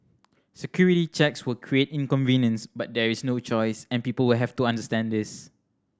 security checks will create inconvenience but there is no choice and people will have to understand this